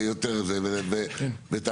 ושוב,